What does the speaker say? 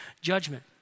judgment